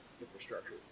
infrastructure